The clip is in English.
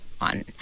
on